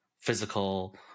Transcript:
physical